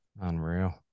Unreal